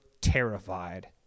terrified